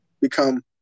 become